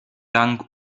dank